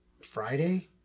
Friday